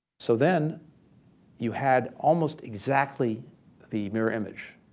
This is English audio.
so then you had almost exactly the mirror image,